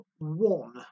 one